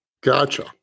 Gotcha